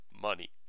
money